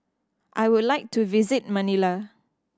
I would like to visit Manila